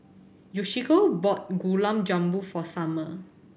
Yoshiko bought Gulab Jamun for Summer